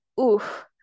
oof